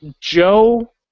Joe